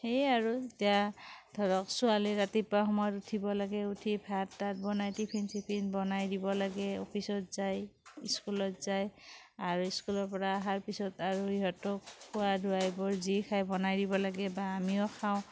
সেই আৰু এতিয়া ধৰক ছোৱালী ৰাতিপুৱা সময়ত উঠিব লাগে উঠি ভাত তাত বনাই টিফিন চিফিন বনাই দিব লাগে অফিচত যায় স্কুলত যায় আৰু স্কুলৰ পৰা অহাৰ পিছত আৰু ইহঁতক খোৱা লোৱা এইবোৰ যি খাই বনাই দিব লাগে বা আমিও খাওঁ